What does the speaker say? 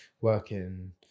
working